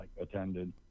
attended